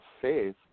faith